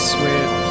Sweet